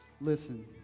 Listen